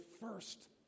first